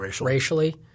racially